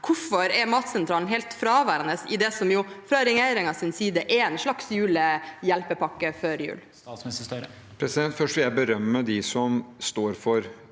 Hvorfor er matsentralene helt fraværende i det som fra regjeringens side er en slags julehjelpepakke før jul?